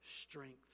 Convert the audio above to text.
strength